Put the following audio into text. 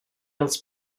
als